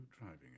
driving